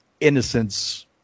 innocence